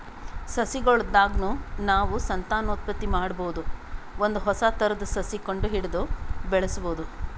ಸಸಿಗೊಳ್ ದಾಗ್ನು ನಾವ್ ಸಂತಾನೋತ್ಪತ್ತಿ ಮಾಡಬಹುದ್ ಒಂದ್ ಹೊಸ ಥರದ್ ಸಸಿ ಕಂಡಹಿಡದು ಬೆಳ್ಸಬಹುದ್